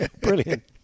brilliant